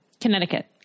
Connecticut